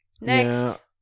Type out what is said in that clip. Next